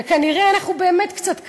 וכנראה אנחנו באמת קצת כאלה: